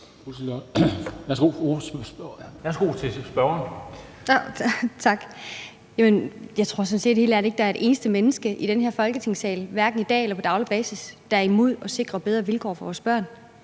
Ambo-Rasmussen (V): Tak. Jeg tror helt ærligt ikke, at der er et eneste menneske i den her Folketingssal, hverken i dag eller på daglig basis, der er imod at sikre bedre vilkår for vores børn.